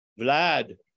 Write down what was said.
Vlad